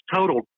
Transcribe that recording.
total